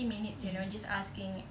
mm